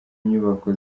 nyubako